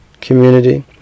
community